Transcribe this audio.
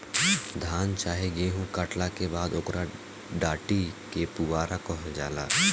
धान चाहे गेहू काटला के बाद ओकरा डाटी के पुआरा कहल जाला